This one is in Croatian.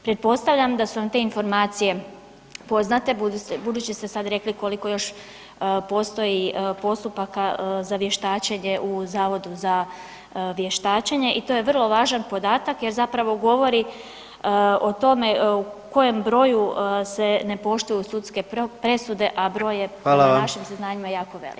Pretpostavljam da su vam te informacije poznate, budući ste sad rekli koliko još postoji postupaka za vještačenje u Zavodu za vještačenje i to je vrlo važan podatak jer zapravo govori o tome u kojem broju se ne poštuju sudske presude, a broj je po naši saznanjima jako velik?